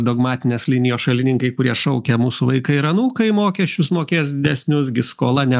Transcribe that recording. dogmatinės linijos šalininkai kurie šaukia mūsų vaikai ir anūkai mokesčius mokės didesnius gi skola ne